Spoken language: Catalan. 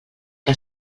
que